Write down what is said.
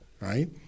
right